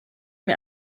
mir